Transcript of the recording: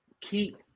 keep